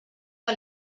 que